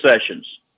Sessions